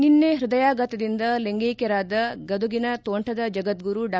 ನಿನ್ನೆ ಪ್ಪದಯಾಘಾತದಿಂದ ಲಿಂಗ್ಟೆಕ್ಟರಾದ ಗದಗಿನ ತೋಂಟದ ಜಗದ್ಗರು ಡಾ